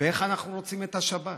איך אנחנו רוצים את השבת.